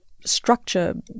structure